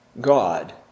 God